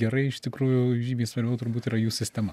gerai iš tikrųjų žymiai svarbiau turbūt yra jų sistema